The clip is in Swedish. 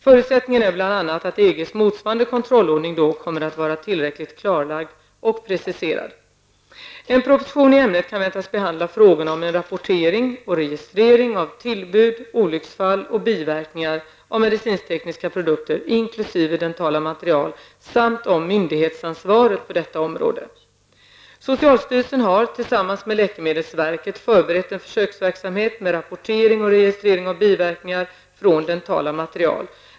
Förutsättningen är bl.a. att EGs motsvarande kontrollordning då kommer att vara tillräckligt klarlagd och preciserad. En proposition i ämnet kan väntas behandla frågorna om en rapportering och registrering av tillbud, olycksfall och biverkningar av medicintekniska produkter inkl. dentala material samt om myndighetsansvaret på detta område. Socialstyrelsen har tillsammans med läkemedelsverket förberett en försöksverksamhet med rapportering och registrering av biverkningar från dentala material.